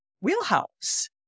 Wheelhouse